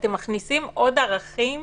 אתם מכניסים עוד ערכים